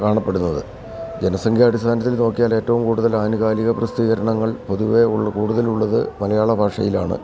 കാണപ്പെടുന്നത് ജനസംഖ്യാടിസ്ഥാനത്തിൽ നോക്കിയാല് ഏറ്റവും കൂടുതല് ആനുകാലിക പ്രസിദ്ധീകരണങ്ങൾ പൊതുവേ കൂടുതലുള്ളത് മലയാള ഭാഷയിലാണ്